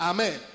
Amen